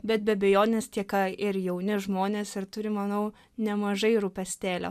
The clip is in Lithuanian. bet be abejonės tiek a ir jauni žmonės ir turi manau nemažai rūpestėlio